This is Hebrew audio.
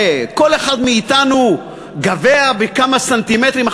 וכל אחד מאתנו גבה בכמה סנטימטרים.